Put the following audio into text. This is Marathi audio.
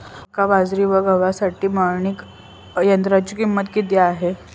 मका, बाजरी व गव्हासाठी मळणी यंत्राची किंमत किती आहे?